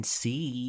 see